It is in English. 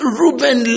Reuben